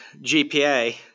GPA